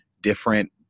different